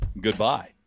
goodbye